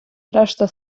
решта